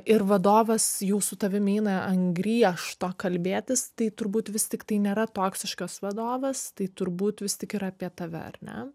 ir vadovas jau su tavim eina ant griežto kalbėtis tai turbūt vis tiktai nėra toksiškas vadovas tai turbūt vis tik ir apie tave ar ne